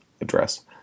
address